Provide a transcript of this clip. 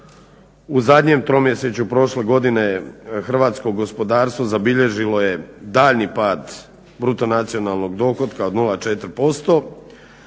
u zadnjem tromjesečju prošle godine hrvatsko gospodarstvo zabilježilo je daljnji pad bruto nacionalnog dohotka od 0,4%,